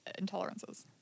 intolerances